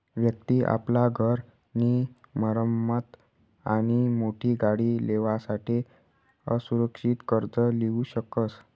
व्यक्ति आपला घर नी मरम्मत आणि मोठी गाडी लेवासाठे असुरक्षित कर्ज लीऊ शकस